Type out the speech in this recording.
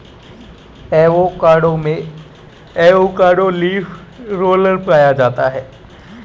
avocado में avocado leaf roller पाया जाता है